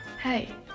Hey